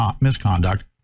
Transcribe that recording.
misconduct